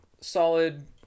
Solid